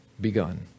begun